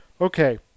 Okay